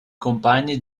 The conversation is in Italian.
compagni